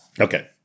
Okay